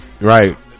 right